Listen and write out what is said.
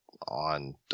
on